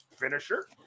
finisher